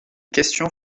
questions